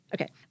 Okay